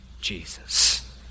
Jesus